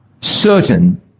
certain